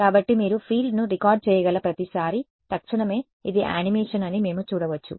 కాబట్టి మీరు ఫీల్డ్ను రికార్డ్ చేయగల ప్రతిసారీ తక్షణమే ఇది యానిమేషన్ అని మేము చూడవచ్చు